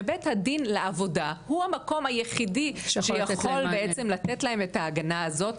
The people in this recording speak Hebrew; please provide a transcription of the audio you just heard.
ובית הדין לעבודה הוא המקום היחידי שיכול בעצם לתת להן את ההגנה הזאת,